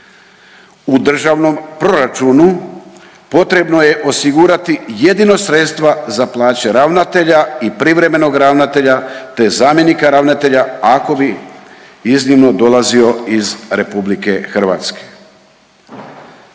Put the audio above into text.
U državnom proračunu potrebno je osigurati jedino sredstva za plaće ravnatelja i privremenog ravnatelja, te zamjenika ravnatelja ako bi iznimno dolazio iz Republike Hrvatske.